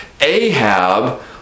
Ahab